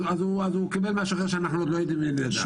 אז הוא קיבל משהו אחר שאנחנו עוד לא יודעים ונדע.